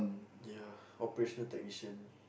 ya operational technician